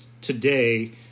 today